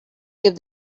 give